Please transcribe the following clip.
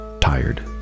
tired